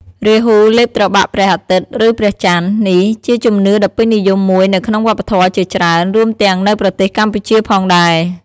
រាហ៊ូលេបត្របាក់ព្រះអាទិត្យឬព្រះច័ន្ទ នេះជាជំនឿដ៏ពេញនិយមមួយនៅក្នុងវប្បធម៌ជាច្រើន រួមទាំងនៅប្រទេសកម្ពុជាផងដែរ ។